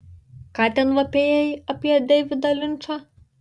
ką ten vapėjai apie deividą linčą